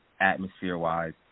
atmosphere-wise